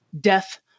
death